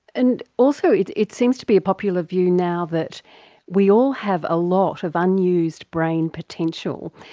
and also it it seems to be a popular view now that we all have a lot of unused brain potential.